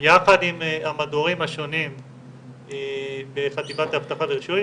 יחד עם המדורים השונים בחטיבת אבטחה ורישוי,